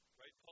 right